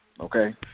okay